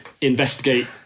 investigate